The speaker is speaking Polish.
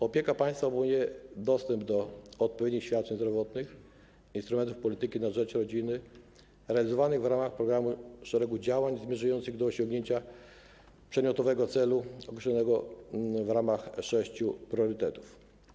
Opieka państwa obejmuje dostęp do odpowiednich świadczeń zdrowotnych, instrumentów polityki na rzecz rodziny realizowanych w ramach programu szeregu działań zmierzających do osiągnięcia przedmiotowego celu określonego w ramach sześciu priorytetów.